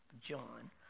John